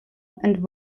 and